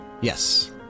Yes